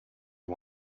you